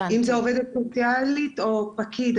אם זה עובדת סוציאלית או פקיד.